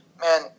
man